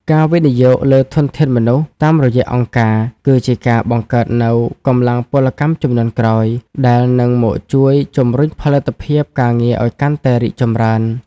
ការវិនិយោគលើធនធានមនុស្សតាមរយៈអង្គការ គឺជាការបង្កើតនូវ "កម្លាំងពលកម្មជំនាន់ក្រោយ" ដែលនឹងមកជួយជំរុញផលិតភាពការងារឱ្យកាន់តែរីកចម្រើន។